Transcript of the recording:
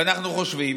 ואנחנו חושבים,